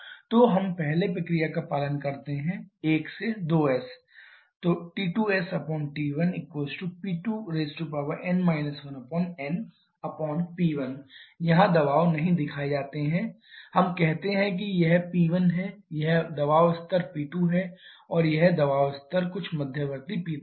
तो हम पहले प्रक्रिया का पालन करते हैं 1 से 2s T2sT1P2n 1nP1 यहाँ दबाव नहीं दिखाए जाते हैं हम कहते हैं कि यह P1 है यह दबाव स्तर P2 है और यह दबाव स्तर कुछ मध्यवर्ती P3 है